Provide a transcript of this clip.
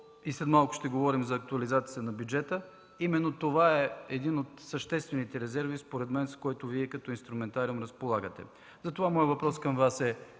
и след малко ще говорим за актуализацията на бюджета, именно това е един от съществените резерви според мен, с който Вие като инструментариум разполагате. Затова моят въпрос към Вас е: